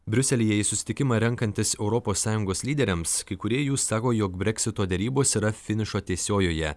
briuselyje į susitikimą renkantis europos sąjungos lyderiams kai kurie jų sako jog breksito derybos yra finišo tiesiojoje